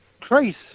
trace